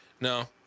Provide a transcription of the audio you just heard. No